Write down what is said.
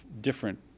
different